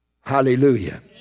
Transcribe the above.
Hallelujah